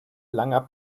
langer